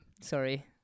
sorry